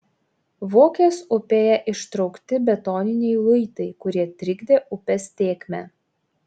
vokės upėje ištraukti betoniniai luitai kurie trikdė upės tėkmę